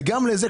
וגם לזה,